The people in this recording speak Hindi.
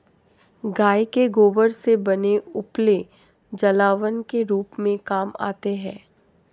गाय के गोबर से बने उपले जलावन के रूप में काम आते हैं